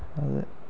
आं ते